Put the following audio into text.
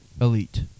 Elite